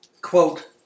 Quote